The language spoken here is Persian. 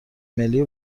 ملی